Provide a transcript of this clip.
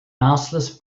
mouseless